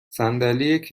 صندلی